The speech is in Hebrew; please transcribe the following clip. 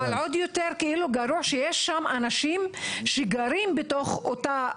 אבל יותר גרוע שיש שם אנשים שגרים בתוך אותה